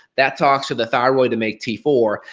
that talks to the thyroid to make t four.